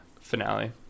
finale